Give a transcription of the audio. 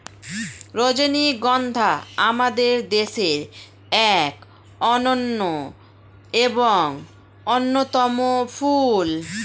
রজনীগন্ধা আমাদের দেশের এক অনন্য এবং অন্যতম ফুল